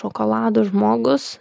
šokolado žmogus